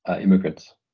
immigrants